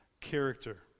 character